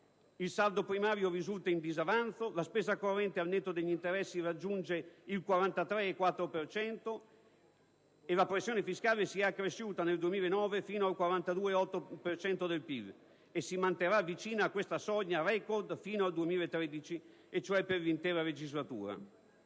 il saldo primario risulta in disavanzo, la spesa corrente (al netto degli interessi) raggiunge il 43,4 per cento e la pressione fiscale si è accresciuta nel 2009 fino a raggiungere il 42,8 per cento del PIL e si manterrà vicino a questa soglia record fino al 2013, cioè per l'intera legislatura.